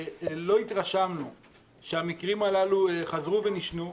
לא התרשמנו שהמקרים הללו חזרו ונשנו,